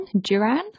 duran